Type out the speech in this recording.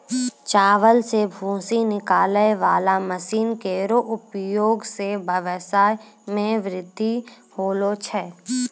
चावल सें भूसी निकालै वाला मसीन केरो उपयोग सें ब्यबसाय म बृद्धि होलो छै